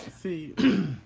See